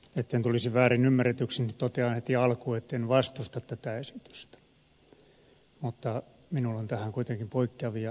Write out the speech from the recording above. etten tulisi väärin ymmärretyksi niin totean heti alkuun etten vastusta tätä esitystä mutta minulla on tähän kuitenkin poikkeavia ajatuksia